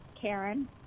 Karen